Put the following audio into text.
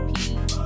Peace